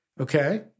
okay